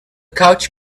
couch